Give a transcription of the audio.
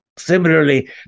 Similarly